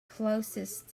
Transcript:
closest